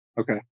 Okay